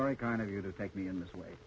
very kind of you to thank me in this way